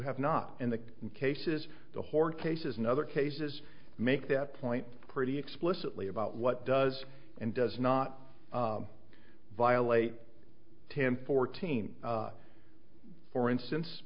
have not in the cases the horror cases in other cases make that point pretty explicitly about what does and does not violate tim fourteen for instance